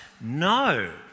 No